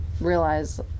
realize